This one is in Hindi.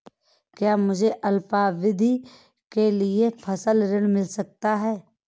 क्या मुझे अल्पावधि के लिए फसल ऋण मिल सकता है?